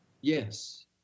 Yes